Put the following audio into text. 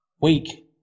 weak